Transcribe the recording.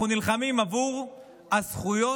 אנחנו נלחמים עבור הזכויות